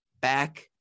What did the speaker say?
back